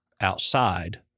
outside